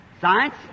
Science